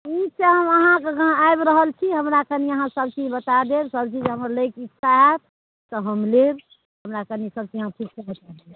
ठीक छै हम अहाँके गाम आबि रहल छी हमरा कनि अहाँ सभचीज बता देब सभचीज हमरा लैके इच्छा हैत तऽ हम लेब हमरा कनि सभचीज अहाँ ठीकसँ बता दिअ